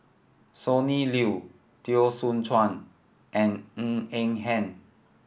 Sonny Liew Teo Soon Chuan and Ng Eng Hen